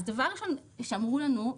אז דבר ראשון שאמרו לנו,